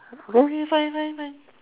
okay fine fine fine